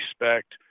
respect